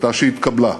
החלטה שהתקבלה,